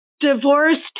divorced